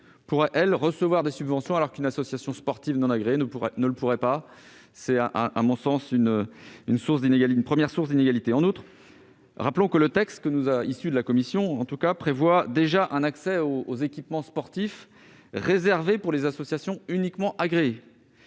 pourrait-elle recevoir des subventions, alors qu'une association sportive non agréée ne le pourrait pas ? Il s'agit, à mon sens, d'une première source d'inégalités. En outre, rappelons que le texte issu des travaux de la commission prévoit déjà un accès aux équipements sportifs réservé uniquement aux associations agréées.